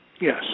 Yes